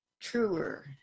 truer